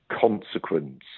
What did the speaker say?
consequence